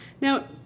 Now